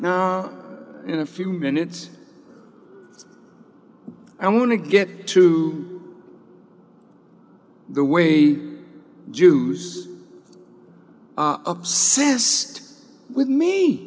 are in a few minutes i want to get to the way jews are obsessed with me